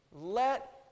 let